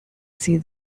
see